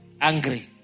angry